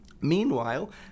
Meanwhile